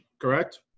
correct